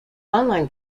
online